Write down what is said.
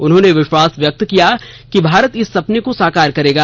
उन्होंने विश्वास व्यक्त किया कि भारत इस सपने को साकार करेगा